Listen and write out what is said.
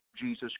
Jesus